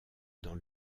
dans